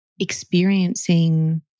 experiencing